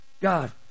God